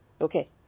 okay